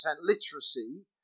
literacy